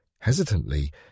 Hesitantly